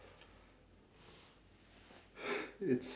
it's